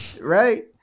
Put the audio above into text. right